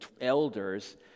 elders